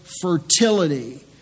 fertility